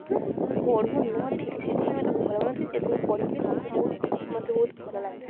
ପଢ଼ୁ ନଥିଲେ ସେଥିପାଇଁ ମୋତେ ଭଲ ଯେତେ ପଢ଼ିିଲି ତାକୁ ମୁଁ ମତେ ବହୁତ ଭଲ ଲାଗିଲା